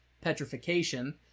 petrification